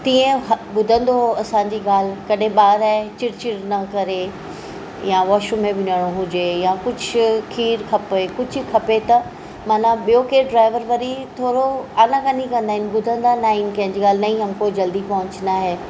तीअं हा ॿुधंदो उहो असां जी ॻाल्हि कॾहिं ॿार आहे चिड़ चिड़ न करे यां वॉशरूम में वञिणो हुजे यां कुझु खीर खपे कुझु खपे त मन ॿियो केरु ड्राइवर वरी थोरो आनाकानी कंदा आहिनि ॿुधंदा न आहिनि कंहिंजी ॻाल्हि नहीं हमको जल्दी पहुंचना है